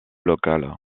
local